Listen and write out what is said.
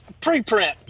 Pre-print